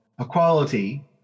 equality